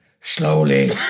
slowly